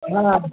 हँ